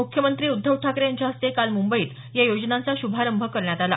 मुख्यमंत्री उद्धव ठाकरे यांच्या हस्ते काल मुंबईत या योजनांचा शुभारंभ करण्यात आला